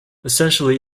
essentially